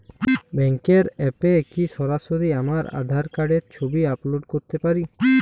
ব্যাংকের অ্যাপ এ কি সরাসরি আমার আঁধার কার্ড র ছবি আপলোড করতে পারি?